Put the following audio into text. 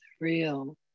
real